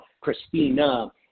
Christina